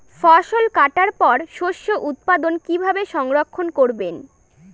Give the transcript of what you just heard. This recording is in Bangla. ফসল কাটার পর শস্য উৎপাদন কিভাবে সংরক্ষণ করবেন?